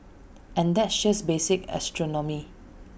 and that's just basic astronomy